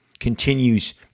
continues